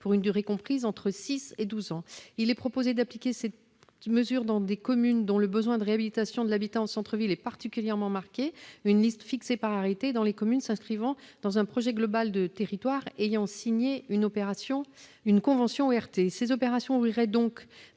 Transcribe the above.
pour une durée comprise entre six et douze ans. Il est proposé d'appliquer cette mesure dans des communes dont le besoin de réhabilitation de l'habitat en centre-ville est particulièrement marqué, la liste de ces communes étant fixée par arrêté, et dans les communes s'inscrivant dans un projet global de territoire ayant signé une convention dans le cadre des opérations